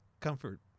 comfort